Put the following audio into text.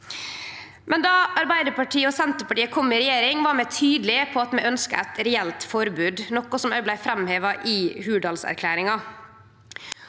Då Arbeidarpartiet og Senterpartiet kom i regjering, var vi tydelege på at vi ønskte eit reelt forbod, noko som òg blei framheva i Hurdalserklæringa.